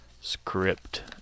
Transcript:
script